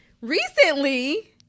recently